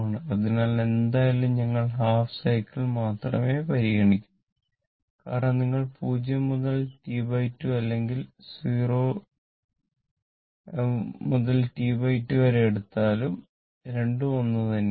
അതിനാൽ എന്തായാലും ഞങ്ങൾ ഹാഫ് സൈക്കിൾ മാത്രമേ പരിഗണിക്കൂ കാരണം നിങ്ങൾ 0 മുതൽ T2 അല്ലെങ്കിൽ 0 മുതൽ T2 വരെ എടുത്താലും രണ്ടും ഒന്ന് തന്നെ ആണ്